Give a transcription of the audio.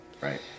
right